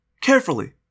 carefully